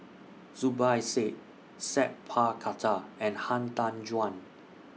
Zubir Said Sat Pal Khattar and Han Tan Juan